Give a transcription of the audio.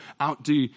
outdo